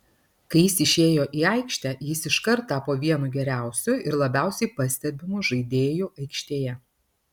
kai jis išėjo į aikštę jis iškart tapo vienu geriausiu ir labiausiai pastebimu žaidėju aikštėje